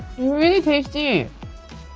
really tasty.